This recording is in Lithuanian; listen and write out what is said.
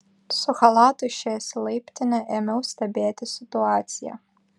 su chalatu išėjęs į laiptinę ėmiau stebėti situaciją